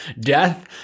death